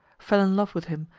fell in love with him,